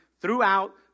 throughout